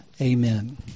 amen